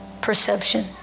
perception